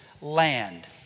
land